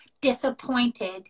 disappointed